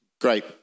Great